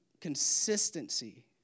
consistency